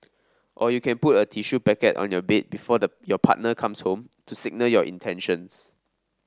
or you can put a tissue packet on your bed before your partner comes home to signal your intentions